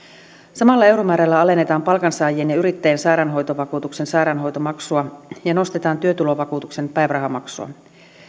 samalla euromäärällä alennetaan palkansaajien ja yrittäjien sairaanhoitovakuutuksen sairaanhoitomaksua ja nostetaan työtulovakuutuksen päivärahamaksua